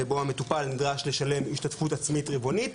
ובו המטופל נדרש לשלם השתתפות עצמית רבעונית,